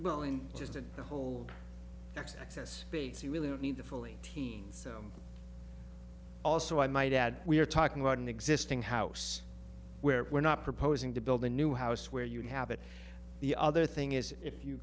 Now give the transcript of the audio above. well and just in the whole x access base you really don't need to fully teens also i might add we're talking about an existing house where we're not proposing to build a new house where you inhabit the other thing is if you